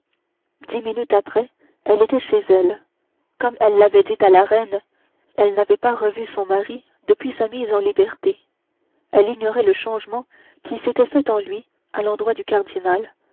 dix minutes après elle était chez elle comme elle l'avait dit à la reine elle n'avait pas revu son mari depuis sa mise en liberté elle ignorait donc le changement qui s'était fait en lui à l'endroit du cardinal